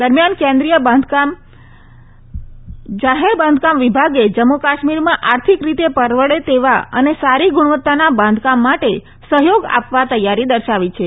દરમિયાન કેન્દ્રીય જાહેર બાંધકામ વિભાગે જમ્મુ કાશ્મીરમાં આર્થિક રીતે પરવડે તેવાં અને સારી ગુણવત્તાના બાંધકામ માટે સફથોગ આપવા તૈયારી દર્શાવી છે